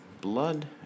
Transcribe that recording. blood